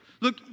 Look